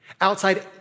Outside